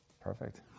Perfect